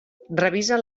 revisa